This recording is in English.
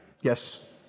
Yes